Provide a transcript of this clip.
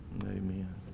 Amen